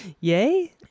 yay